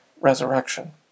resurrection